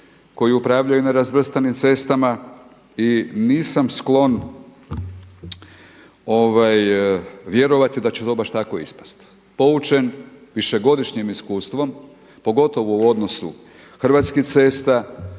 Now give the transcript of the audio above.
koji upravljaju nerazvrstanim cestama. I nisam sklon vjerovati da će to baš tako ispasti poučen višegodišnjim iskustvom pogotovo u odnosu Hrvatskih cesta,